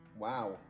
wow